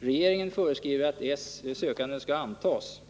Regeringen föreskriver att sökanden skall antas.